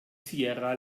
sierra